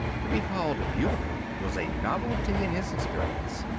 to be called beautiful was a novelty in his experience.